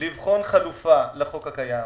לבחון חלופה לחוק הקיים.